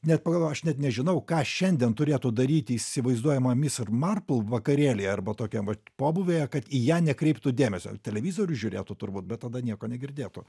net pagalvo aš net nežinau ką šiandien turėtų daryti įsivaizduojama mis ir marpl vakarėlyje arba tokiam vat pobūvyje kad į ją nekreiptų dėmesio televizorių žiūrėtų turbūt bet tada nieko negirdėtų